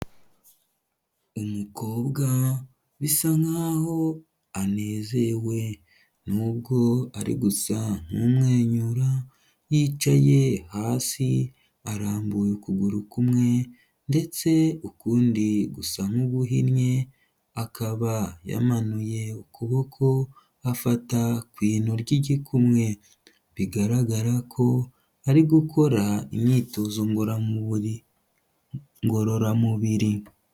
Umukobwa bisa nkaho anezewe nubwo ari gusa nk'umwenyura, yicaye hasi arambuye ukuguru kumwe ndetse ukundi gusa nk'uguhinnye, akaba yamanuye ukuboko afata ku ino ry'igikumwe bigaragara ko ari gukora imyitozo ngororamubiri.